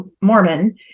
Mormon